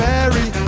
Mary